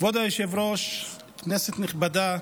כבוד היושב-ראש, כנסת נכבדה,